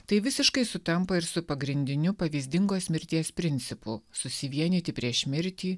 tai visiškai sutampa ir su pagrindiniu pavyzdingos mirties principu susivienyti prieš mirtį